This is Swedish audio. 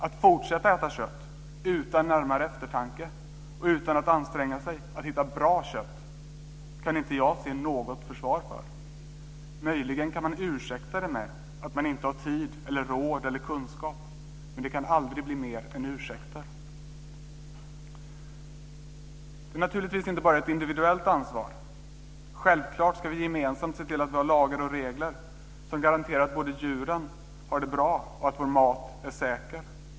Att fortsätta att äta kött utan närmare eftertanke och utan att anstränga sig för att äta bra kött kan inte jag se något försvar för. Möjligen kan man ursäkta det med att man inte har tid, råd eller kunskap, men det kan aldrig bli mer än ursäkter. Det är naturligtvis inte bara fråga om ett individuellt ansvar. Självklart ska vi gemensamt se till att vi har lagar och regler som garanterar både att djuren har det bra och att vår mat är säker.